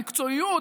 את המקצועיות,